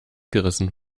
gerissen